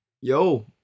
yo